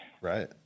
Right